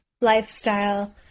lifestyle